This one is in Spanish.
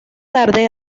tarde